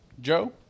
Joe